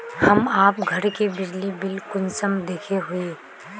हम आप घर के बिजली बिल कुंसम देखे हुई?